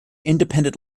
independent